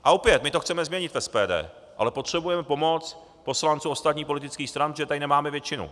A opět, my to chceme změnit v SPD, ale potřebujeme pomoc poslanců ostatních politických stran, protože tady nemáme většinu.